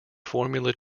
formula